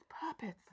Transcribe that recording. puppets